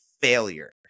failure